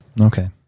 Okay